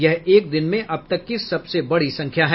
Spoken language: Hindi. यह एक दिन में अब तक की सबसे बड़ी संख्या है